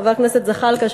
חבר הכנסת זחאלקה,